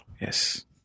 Yes